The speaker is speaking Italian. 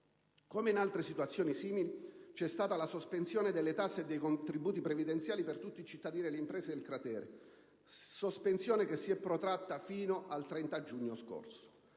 Come in altre situazioni simili, c'è stata la sospensione delle tasse e dei contributi previdenziali per tutti i cittadini e le imprese del cratere, sospensione che si è protratta fino al 30 giugno scorso.